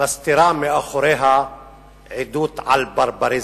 מסתירה מאחוריה עדות על ברבריזם.